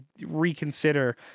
reconsider